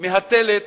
מהתלת